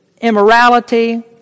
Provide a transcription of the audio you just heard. immorality